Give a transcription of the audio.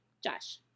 Josh